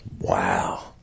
Wow